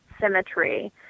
symmetry